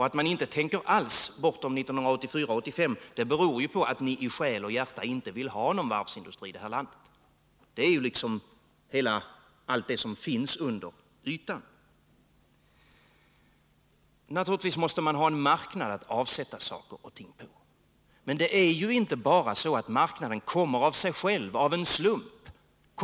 Att niinte tänker alls bortom 1984-1985 beror på att ni i själ och hjärta inte vill ha någon varvsindustri i det här landet. Det är ju det som finns under ytan. Naturligtvis måste man ha en marknad att avsätta saker och ting på. Men det är ju inte bara så att marknaden kommer av sig själv, av en slump.